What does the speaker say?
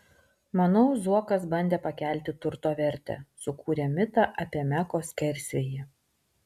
manau zuokas bandė pakelti turto vertę sukūrė mitą apie meko skersvėjį